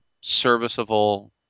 serviceable